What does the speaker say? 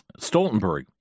Stoltenberg